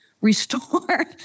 restore